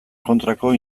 kontrako